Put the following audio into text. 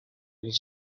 his